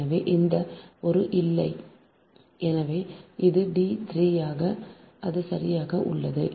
எனவே ஒரு இல்லை எனவே அது d 3 அது சரியாக உள்ளது